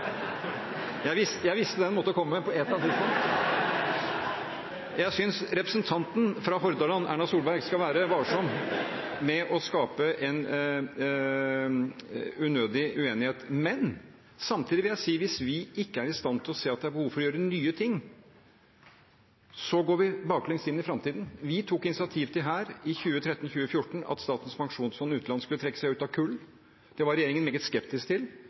jeg forstår det. Jeg visste den måtte komme på et eller annet tidspunkt. Jeg synes representanten fra Hordaland, Erna Solberg, skal være varsom med å skape en unødig uenighet. Men samtidig vil jeg si at hvis vi ikke er i stand til å se at det er behov for å gjøre nye ting, går vi baklengs inn i framtiden. Vi tok initiativ til her, i 2013–2014, at Statens pensjonsfond utland skulle trekke seg ut av kull. Det var regjeringen meget skeptisk til.